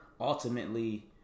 ultimately